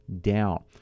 down